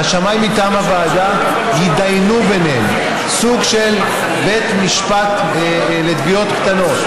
והשמאי מטעם הוועדה יתדיינו ביניהם בסוג של בית משפט לתביעות קטנות.